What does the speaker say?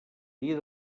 dia